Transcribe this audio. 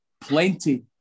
Plenty